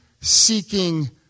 seeking